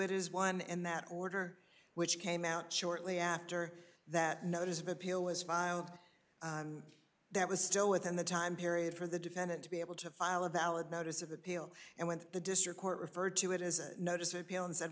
it is one and that order which came out shortly after that notice of appeal was filed that was still within the time period for the defendant to be able to file a valid notice of appeal and went to the district court referred to it as a notice of appeal and said